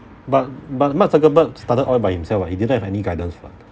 but but mark zuckeberg started all by himself [what] he didn't have any guidance [what]